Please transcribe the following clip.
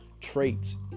traits